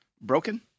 Broken